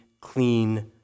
clean